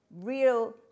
real